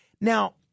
now